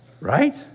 Right